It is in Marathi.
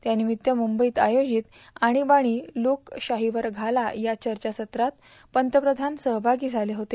त्या निमित मुंबईत आयोजित आणीबाणी लोक शाहीवर घाला या चर्चा सत्रात पंतप्रधान सहभागी झाले होते